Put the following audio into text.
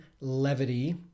levity